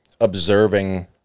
observing